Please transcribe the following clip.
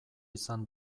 izan